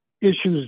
issues